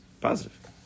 positive